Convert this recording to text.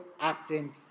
acting